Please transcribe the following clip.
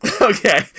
Okay